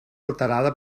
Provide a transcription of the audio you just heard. alterada